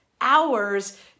hours